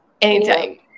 anytime